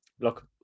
look